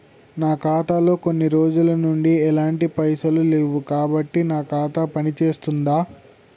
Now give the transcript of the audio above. నా ఖాతా లో కొన్ని రోజుల నుంచి ఎలాంటి పైసలు లేవు కాబట్టి నా ఖాతా పని చేస్తుందా?